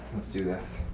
let's do this.